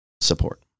support